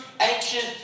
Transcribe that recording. ancient